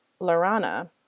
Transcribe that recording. Lorana